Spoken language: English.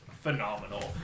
phenomenal